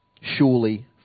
Surely